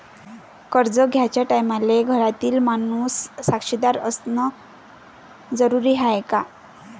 कर्ज घ्याचे टायमाले मले घरातील माणूस साक्षीदार असणे जरुरी हाय का?